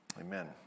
Amen